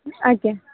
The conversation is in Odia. ଆଜ୍ଞା